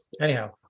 Anyhow